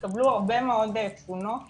התקבלו הרבה מאוד תלונות